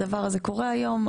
הדבר הזה קורה היום,